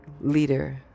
leader